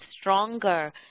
stronger